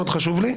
חשוב לי מאוד,